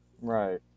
Right